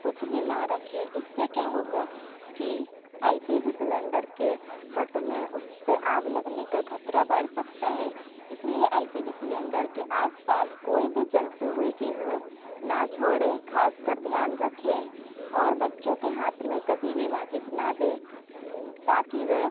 कुछ भी ना रखे इससे क्या होगा कि एल पी जी सिलेंडर के फटने उसपे आग लगने का खतरा बढ़ सकता है इसलिए एल पी जी सिलेंडर के आस पास कोई भी जलती हुई चीज़ें ना छोड़ें खासकर ध्यान रखें और बच्चों के हाथ में कभी भी माचिस ना दें ताकि वह